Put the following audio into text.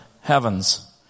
heavens